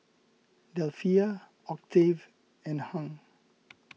Delphia Octave and Hung